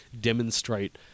demonstrate